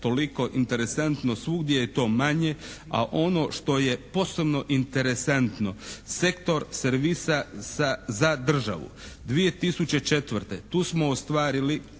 toliko. Interesantno svugdje je to manje a ono što je posebno interesantno, sektor servisa za državu 2004. Tu smo ostvarili